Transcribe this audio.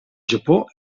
japó